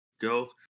go